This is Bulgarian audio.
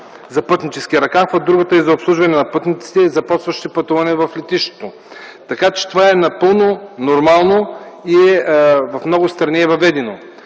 за пътнически ръкав, а другата е за обслужване на пътниците, започващи пътуване в летището. Така че това е напълно нормално и е въведено